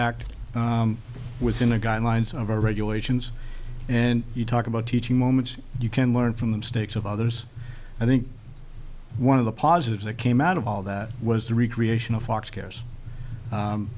act within the guidelines of our regulations and you talk about teaching moments you can learn from them states of others i think one of the positives that came out of all that was the